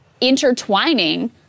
intertwining